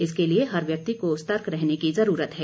इसके लिये हर व्यक्ति को सतर्क रहने की जरूरत है